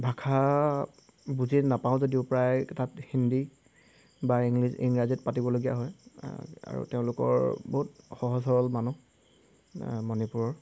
ভাষা বুজি নাপাওঁ যদিও প্ৰায় তাত হিন্দী বা ইংলিছ ইংৰাজীত পাতিবলগীয়া হয় আৰু তেওঁলোকৰ বহুত সহজ সৰল মানুহ মণিপুৰৰ